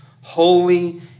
holy